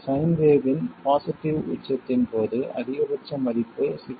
sign வேவ்வின் positive உச்சத்தின் போது அதிகபட்ச மதிப்பு 6